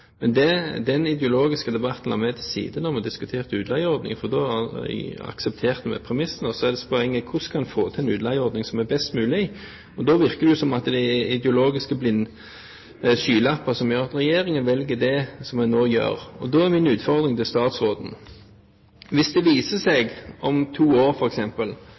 Men den ideologiske debatten la vi til side da vi diskuterte utleieordninger, for da aksepterte vi premissene. Og da er poenget: Hvordan skal vi få til en utleieordning som er best mulig? Det virker som om det er ideologiske skylapper som gjør at regjeringen velger det en nå gjør. Da er min utfordring til statsråden: Hvis det viser seg, f.eks. om to år,